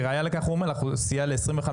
כראיה לכך הוא אומר, הוא סייע ל-25%.